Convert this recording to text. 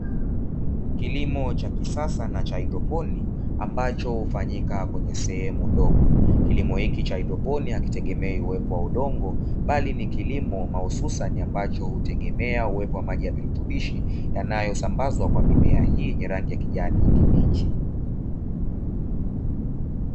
Kilimo cha kisasa na cha haidroponi ambacho hufanyika kwenye sehemu ndogo. Kilimo hichi cha haidroponi hakitegemei uwepo wa udongo bali ni kilimo mahususi ambacho hutegemea uwepo wa maji ya virutubishi yanayo sambazwa kwa mimea hii yenye rangi ya kijani kibichi.